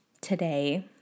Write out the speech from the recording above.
today